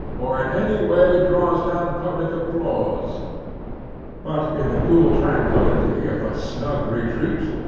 or in any way draws down public applause but in the cool tranquility of a snug retreat,